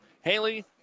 Haley